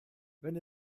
wenn